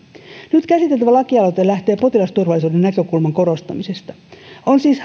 nyt käsiteltävä lakialoite lähtee potilasturvallisuuden näkökulman korostamisesta on siis